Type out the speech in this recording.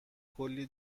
کلی